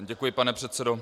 Děkuji, pane předsedo.